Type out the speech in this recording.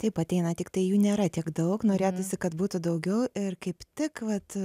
taip ateina tiktai jų nėra tiek daug norėtųsi kad būtų daugiau ir kaip tik vat